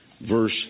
verse